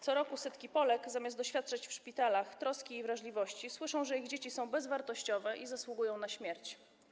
Co roku setki Polek, zamiast doświadczać w szpitalach troski i wrażliwości, słyszą, że ich dzieci są bezwartościowe i zasługują na śmierć.